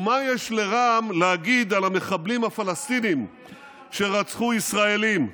ומה יש לרע"מ להגיד על המחבלים הפלסטינים שרצחו ישראלים?